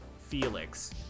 Felix